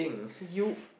you